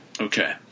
Okay